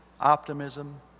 optimism